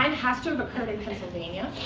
um has to have occurred in pennsylvania.